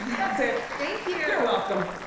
that's it. thank you. you're welcome.